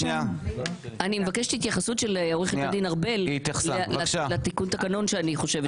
אני מבקשת התייחסות של עורכת הדין ארבל לתיקון התקנון שנדרש,